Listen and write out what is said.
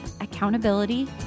accountability